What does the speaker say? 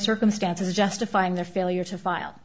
circumstances justifying their failure to file